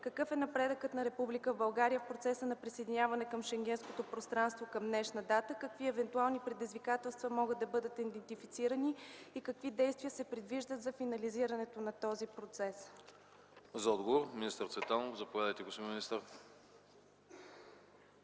какъв е напредъкът на Република България в процеса на присъединяване към Шенгенското пространство към днешна дата? Какви евентуални предизвикателства могат да бъдат идентифицирани? Какви действия се предвиждат за финализирането на този процес? ПРЕДСЕДАТЕЛ АНАСТАС АНАСТАСОВ: Заповядайте за отговор, министър